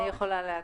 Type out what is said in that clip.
אני יכולה להקריא.